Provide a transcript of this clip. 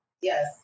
Yes